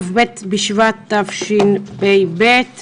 כ"ב בשבט תשפ"ב.